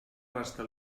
basta